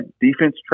defense